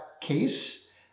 case